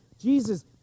Jesus